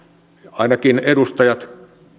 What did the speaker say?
ainakin edustajat